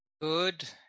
Good